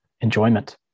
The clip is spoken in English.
enjoyment